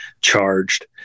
charged